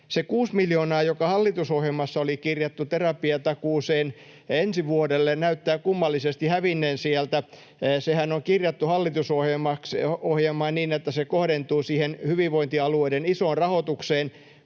Se kuusi miljoonaa, joka hallitusohjelmassa oli kirjattu terapiatakuuseen ensi vuodelle, näyttää kummallisesti hävinneen sieltä. Sehän on kirjattu hallitusohjelmaan niin, että se kohdentuu siihen hyvinvointialueiden isoon rahoitukseen,